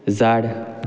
झाड